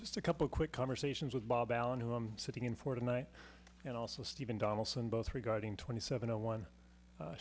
just a couple quick conversations with bob allen who i'm sitting in for tonight and also steven donaldson both regarding twenty seven a one